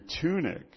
tunic